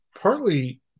partly